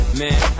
man